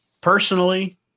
Personally